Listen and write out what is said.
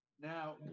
Now